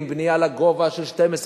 עם בנייה לגובה של 12,